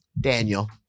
Daniel